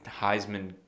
Heisman